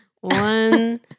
One